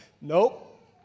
nope